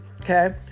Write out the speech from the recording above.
okay